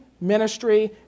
ministry